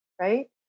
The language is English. right